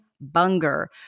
Bunger